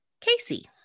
casey